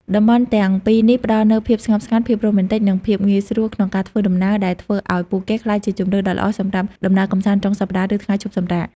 តំបន់ទាំងពីរនេះផ្តល់នូវភាពស្ងប់ស្ងាត់ ភាពរ៉ូមែនទិក និងភាពងាយស្រួលក្នុងការធ្វើដំណើរ ដែលធ្វើឲ្យពួកគេក្លាយជាជម្រើសដ៏ល្អសម្រាប់ដំណើរកម្សាន្តចុងសប្តាហ៍ ឬថ្ងៃឈប់សម្រាក។